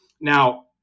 Now